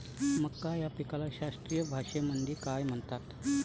मका या पिकाले शास्त्रीय भाषेमंदी काय म्हणतात?